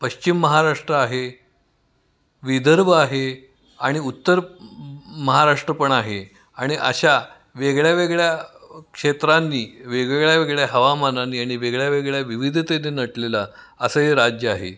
पश्चिम महाराष्ट्र आहे विदर्भ आहे आणि उत्तर महाराष्ट्र पण आहे आणि अशा वेगळ्या वेगळ्या क्षेत्रांनी वेगळ्या वेगळ्या हवामानांनी आणि वेगळ्या वेगळ्या विविधतेने नटलेलं असं हे राज्य आहे